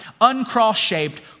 uncross-shaped